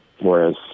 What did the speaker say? whereas